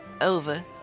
over